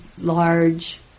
large